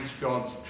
God's